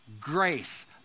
grace